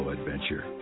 Adventure